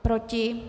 Proti?